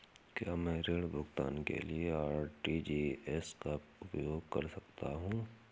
क्या मैं ऋण भुगतान के लिए आर.टी.जी.एस का उपयोग कर सकता हूँ?